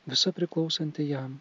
visa priklausanti jam